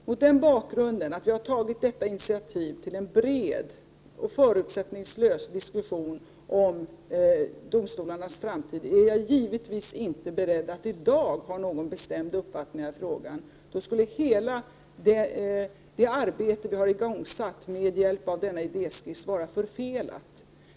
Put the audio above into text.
Mot bakgrund av att vi har tagit detta initiativ till en bred och förutsättningslös diskussion om domstolarnas framtid är jag givetvis inte beredd att i dag ha någon bestämd uppfattning i frågan. Då skulle hela det arbete som har igångsatts med hjälp av denna idéskiss vara förfelat.